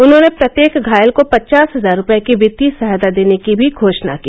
उन्होंने प्रत्येक घायल को पचास हजार रुपये की वित्तीय सहायता देने की भी घोषणा की